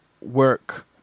work